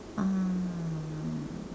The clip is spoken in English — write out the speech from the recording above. uh